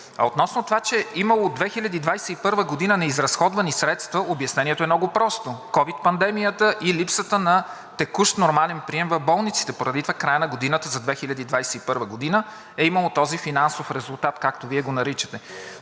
относно това, че имало 2021 г. неизразходвани средства, обяснението е много просто – ковид пандемията и липсата на текущ нормален прием в болниците, поради това в края на годината за 2021 г. е имало този финансов резултат, както Вие го наричате.